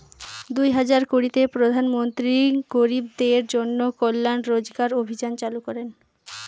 দুই হাজার কুড়িতে প্রধান মন্ত্রী গরিবদের জন্য কল্যান রোজগার অভিযান চালু করেন